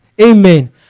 Amen